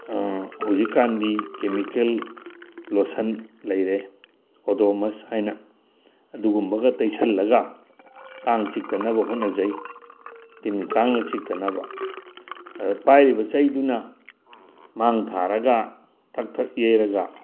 ꯍꯧꯖꯤꯛꯀꯥꯟꯗꯤ chemical lotion ꯂꯩꯔꯦ ꯑꯣꯗꯣꯃꯁ ꯍꯥꯏꯅ ꯑꯗꯨꯒꯨꯝꯕꯒ ꯇꯩꯁꯜꯂꯒ ꯀꯥꯡ ꯆꯤꯛꯇꯅꯕ ꯍꯣꯠꯅꯖꯩ ꯇꯤꯟ ꯀꯥꯡꯅ ꯆꯤꯛꯇꯅꯕ ꯑꯗꯣ ꯄꯥꯏꯔꯤꯕ ꯆꯩꯗꯨꯅ ꯃꯥꯡ ꯊꯥꯔꯒ ꯊꯛ ꯊꯛ ꯌꯩꯔꯒ